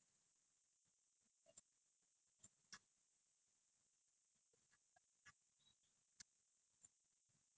with my friends but then like some of my friends like in N_U_S right அவங்க வந்து:avanga vandhu their timetable is different like their reccess week is not the same as us